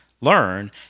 learn